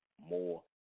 more